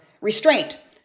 restraint